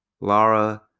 Laura